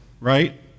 right